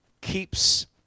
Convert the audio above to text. keeps